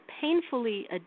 painfully